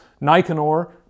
Nicanor